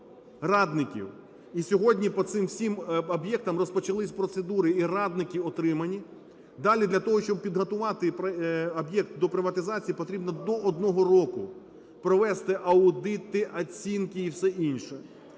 радників. І сьогодні по цим всім об'єктам розпочались процедури і радники отримані. Далі, для того, щоб підготувати об'єкт до приватизації, потрібно до 1 року, провести аудити, оцінки і все інше.